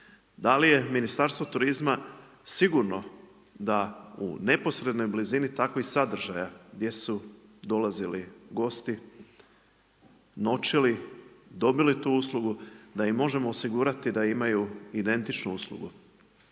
Da li je Ministarstvo turizma sigurno da u neposrednoj blizini takvih sadržaja gdje su dolazili gosti, noćili tu uslugu, da im možemo osigurati da imaju identičnu uslugu